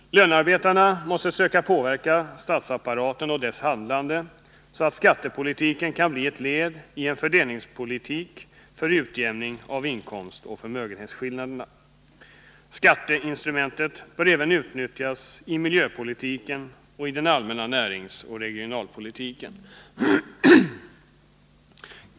Lönearbetarna måste söka påverka statsapparaten och dess handlande, så att skattepolitiken kan bli ett led i en fördelningspolitik för utjämning av inkomstoch förmögenhetsskillnaderna. Skatteinstrument bör även utnyttjas i miljöpolitiken och i den allmänna näringsoch regionalpolitiken.